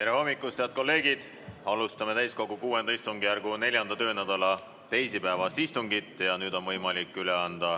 Tere hommikust, head kolleegid! Alustame täiskogu VI istungjärgu 4. töönädala teisipäevast istungit. Nüüd on võimalik üle anda